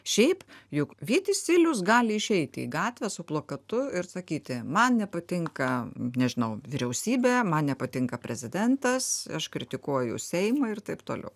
šiaip juk vytis silius gali išeiti į gatvę su plakatu ir sakyti man nepatinka nežinau vyriausybė man nepatinka prezidentas aš kritikuoju seimą ir t t